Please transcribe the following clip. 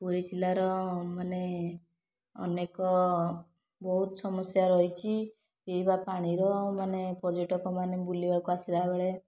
ପୁରୀ ଜିଲ୍ଲାର ମାନେ ଅନେକ ବହୁତ ସମସ୍ୟା ରହିଛି ପିଇବା ପାଣିର ମାନେ ପର୍ଯ୍ୟଟକମାନେ ବୁଲିବାକୁ ଆସିଲା ବେଳେ